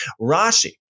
rashi